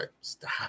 Stop